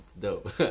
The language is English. Dope